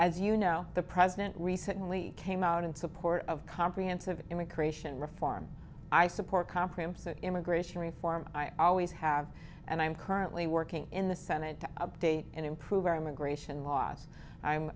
as you know the president recently came out in support of comprehensive immigration reform i support comprehensive immigration reform i always have and i'm currently working in the senate to update and improve our immigration laws i'm